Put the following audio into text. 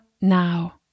now